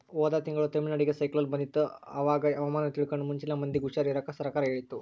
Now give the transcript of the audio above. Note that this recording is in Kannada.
ಹೋದ ತಿಂಗಳು ತಮಿಳುನಾಡಿಗೆ ಸೈಕ್ಲೋನ್ ಬಂದಿತ್ತು, ಅವಾಗ ಹವಾಮಾನ ತಿಳ್ಕಂಡು ಮುಂಚೆಲೆ ಮಂದಿಗೆ ಹುಷಾರ್ ಇರಾಕ ಸರ್ಕಾರ ಹೇಳಿತ್ತು